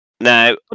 Now